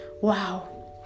wow